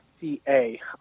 ca